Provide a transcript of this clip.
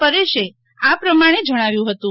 પરેશે આ પ્રમાણે જણાવ્યું હતું